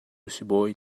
sibawi